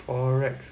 Forex